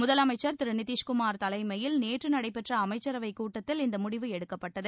முதலமைச்சர் திரு நிதிஷ் குமார் தலைமையில் நேற்று நடைபெற்ற அமைச்சரவைக் கூட்டத்தில் இந்த முடிவு எடுக்கப்பட்டது